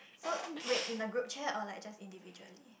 so wait in the group chat or like just individually